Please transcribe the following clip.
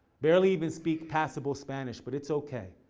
barely even speak passable spanish. but it's okay,